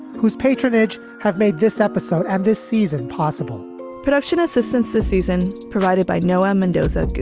whose patronage have made this episode and this season possible production assistance this season provided by noel mendoza